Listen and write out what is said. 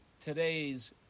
today's